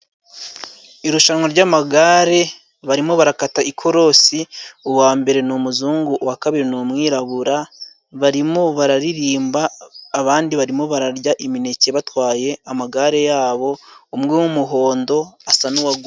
Irushanwa ry'amagare barimo barakata ikorosi, uwa mbere ni umuzungu uwa kabiri ni umwirabura. Barimo bararirimba, abandi barimo bararya imineke batwaye amagare yabo, umwe w'umuhondo asa n'uwaguye.